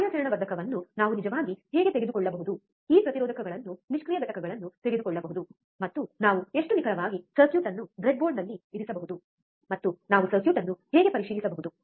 ಕಾರ್ಯಾಚರಣಾ ವರ್ಧಕವನ್ನು ನಾವು ನಿಜವಾಗಿ ಹೇಗೆ ತೆಗೆದುಕೊಳ್ಳಬಹುದು ಈ ಪ್ರತಿರೋಧಕಗಳನ್ನು ನಿಷ್ಕ್ರಿಯ ಘಟಕಗಳನ್ನು ತೆಗೆದುಕೊಳ್ಳಬಹುದು ಮತ್ತು ನಾವು ಎಷ್ಟು ನಿಖರವಾಗಿ ಸರ್ಕ್ಯೂಟ್ ಅನ್ನು ಬ್ರೆಡ್ಬೋರ್ಡ್ನಲ್ಲಿ ಇರಿಸಬಹುದು ಮತ್ತು ನಾವು ಸರ್ಕ್ಯೂಟ್ ಅನ್ನು ಹೇಗೆ ಪರಿಶೀಲಿಸಬಹುದು